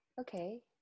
Okay